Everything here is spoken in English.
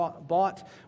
bought